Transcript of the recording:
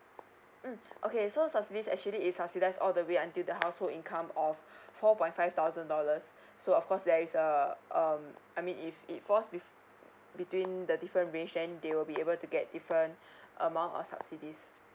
mm okay so subsidy actually is subsidize all the way until the household income of four point five thousand dollars so of course there is err um I mean if it falls be~ between the different range then they will be able to get different amount of subsidies